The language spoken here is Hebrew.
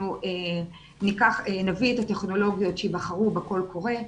אנחנו נביא את הטכנולוגיות שייבחרו בקול קורא,